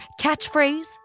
catchphrase